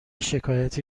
شکایتی